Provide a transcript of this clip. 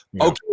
okay